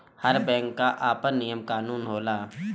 हर bank कअ आपन नियम कानून होला